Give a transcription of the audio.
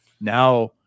now